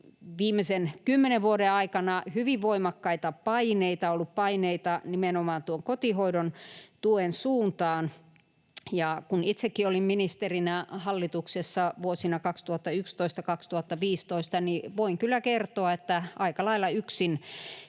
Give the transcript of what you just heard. viimeisen kymmenen vuoden aikana hyvin voimakkaita paineita, on ollut paineita nimenomaan kotihoidon tuen suuntaan. Kun itsekin olin ministerinä hallituksessa vuosina 2011—2015, niin voin kyllä kertoa, että aika lailla yksin